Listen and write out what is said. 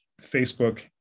Facebook